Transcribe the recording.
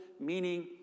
meaning